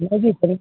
ᱢᱟᱹᱡᱷᱤ ᱴᱷᱮᱱ